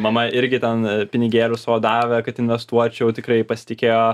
mama irgi ten pinigėlių savo davė kad investuočiau tikrai ji pasitikėjo